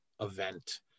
event